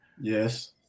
Yes